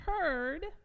heard